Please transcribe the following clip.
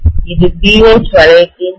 இது BH வளையத்தின் கீழ் உள்ள பகுதி